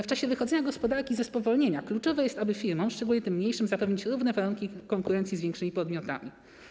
W czasie wychodzenia gospodarki ze spowolnienia kluczowe jest, aby firmom, szczególnie tym mniejszym, zapewnić równe warunki konkurencji z większymi podmiotami.